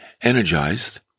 energized